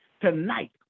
tonight